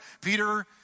Peter